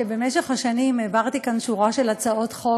שבמשך השנים העברתי כאן שורה של הצעות חוק,